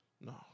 No